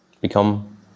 become